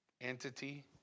entity